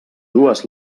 dues